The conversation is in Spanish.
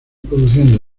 produciendo